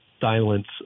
silence